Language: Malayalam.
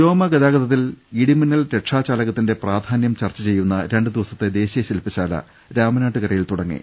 വ്യോമഗതാഗത്തിൽ ഇടിമിന്നൽ രക്ഷാചാലകത്തിന്റെ പ്രധാന്യം ചർച്ച ചെയ്യുന്ന രണ്ടു ദിവസത്തെ ദേശീയ ശിൽപശാല രാമനാട്ടുകര യിൽ തുടങ്ങി